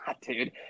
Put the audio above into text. dude